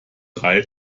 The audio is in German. drei